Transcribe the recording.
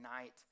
night